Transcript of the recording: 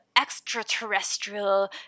extraterrestrial